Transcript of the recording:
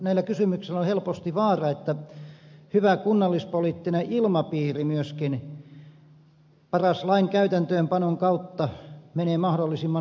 näillä kysymyksillä on helposti vaara että hyvä kunnallispoliittinen ilmapiiri myöskin paras lain käytäntöönpanon kautta menee mahdollisimman huonoksi